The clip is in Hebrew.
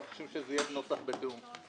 אנחנו מבקשים שזה יהיה נוסח בתיאום.